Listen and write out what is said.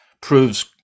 Proves